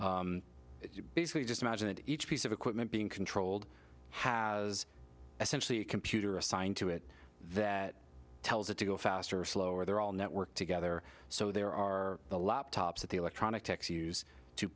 plant basically just imagine that each piece of equipment being controlled has essentially a computer assigned to it that tells it to go faster or slower they're all networked together so there are a lot of tops at the electronic techs use to